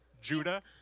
Judah